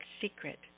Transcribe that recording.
secret